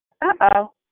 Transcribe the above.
Uh-oh